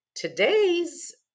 today's